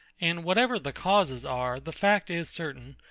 and whatever the causes are, the fact is certain,